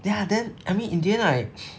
ya then I mean in the end I